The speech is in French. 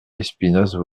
espinasse